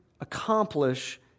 accomplish